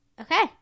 Okay